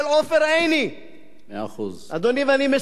אדוני, ואני מסיים, ואני קורא לו, עופר.